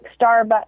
Starbucks